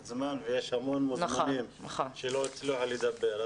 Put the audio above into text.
זמן ויש המון מוזמנים שלא הצליחו לדבר.